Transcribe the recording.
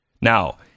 Now